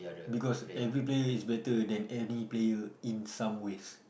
because every player is better than any player in some ways